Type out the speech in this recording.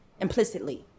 implicitly